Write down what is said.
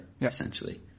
essentially